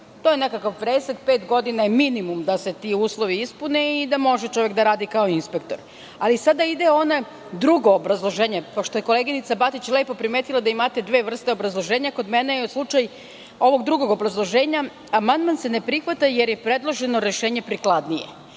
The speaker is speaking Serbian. To je nekakav presek. Pet godina je minimum da se ti uslovi ispuni i da može čovek da radi kao inspektor, ali sada ide ono drugo obrazloženje. Pošto je koleginica Batić lepo primetila da imate dve vrste obrazloženja, kod mene je slučaj ovog drugog obrazloženja – amandman se ne prihvata jer je predloženo rešenje prikladnije.